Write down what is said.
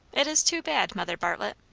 it is too bad, mother bartlett.